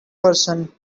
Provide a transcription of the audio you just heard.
person